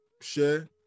share